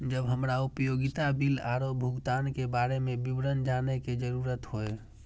जब हमरा उपयोगिता बिल आरो भुगतान के बारे में विवरण जानय के जरुरत होय?